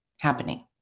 happening